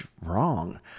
wrong